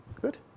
Good